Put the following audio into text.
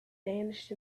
vanished